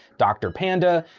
dr panda,